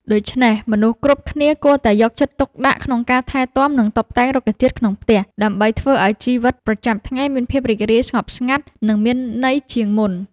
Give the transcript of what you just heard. ដូច្នេះ មនុស្សគ្រប់គ្នាគួរតែយកចិត្តទុកដាក់ក្នុងការថែទាំ និងតុបតែងរុក្ខជាតិក្នុងផ្ទះ ដើម្បីធ្វើឲ្យជីវិតប្រចាំថ្ងៃមានភាពរីករាយ ស្ងប់ស្ងាត់ និងមានន័យជាងមុន។